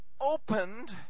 opened